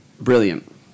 brilliant